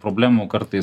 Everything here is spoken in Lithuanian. problemų kartais